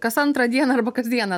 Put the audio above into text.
kas antrą dieną arba kas dieną